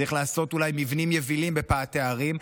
צריך לעשות אולי מבנים יבילים בפאתי הערים.